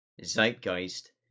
zeitgeist